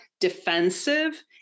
defensive